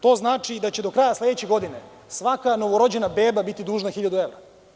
To znači da će do kraja sledeće godina svaka novorođena beba biti dužna hiljadu evra.